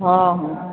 ହଁ ହଁ